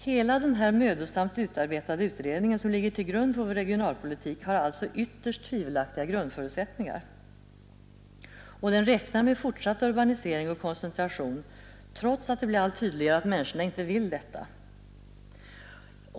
Hela den mödosamt utarbetade utredningen, som ligger till grund för vår regionalpolitik, har alltså ytterst tvivelaktiga grundförutsättningar. Och den räknar med fortsatt urbanisering och koncentration, trots att det blir allt tydligare att människorna inte vill detta.